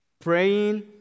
praying